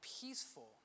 peaceful